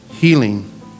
healing